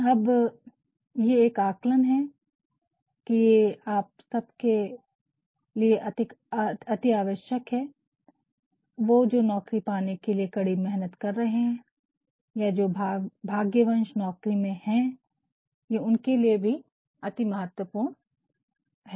अब ये एक आकलन है की ये आप सबके अति आवश्यक है वो जो नौकरी पाने के लिए कड़ी मेहनत कर रहे है या जो भाग्यवंश नौकरी में है उनको ये अति महत्वपूर्ण है